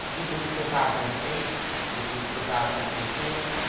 this is two thousand and eight, this is two thousand and eighteen,